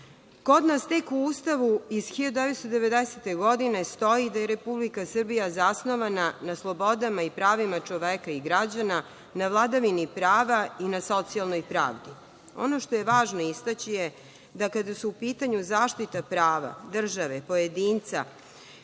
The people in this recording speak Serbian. nas tek u Ustavu iz 199. godine stoji da je Republika Srbija zasnovana na slobodama i pravima čoveka i građana, na vladavini prava i na socijalnoj pravdi. Ono što je važno istaći, kada je u pitanju zaštita prava države, pojedinca,